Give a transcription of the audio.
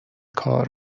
کار